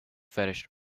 fetish